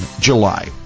July